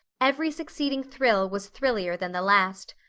every succeeding thrill was thrillier than the last.